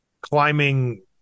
climbing –